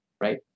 right